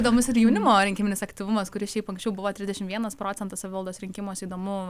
įdomus ir jaunimo rinkiminis aktyvumas kuris šiaip anksčiau buvo trisdešimt vienas procentas savivaldos rinkimuose įdomu